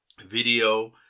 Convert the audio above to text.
video